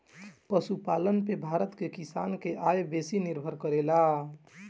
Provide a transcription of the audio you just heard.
पशुपालन पे भारत के किसान के आय बेसी निर्भर करेला